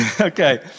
Okay